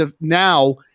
now